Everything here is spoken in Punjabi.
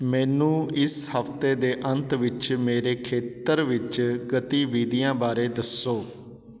ਮੈਨੂੰ ਇਸ ਹਫਤੇ ਦੇ ਅੰਤ ਵਿੱਚ ਮੇਰੇ ਖੇਤਰ ਵਿੱਚ ਗਤੀਵਿਧੀਆਂ ਬਾਰੇ ਦੱਸੋ